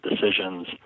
decisions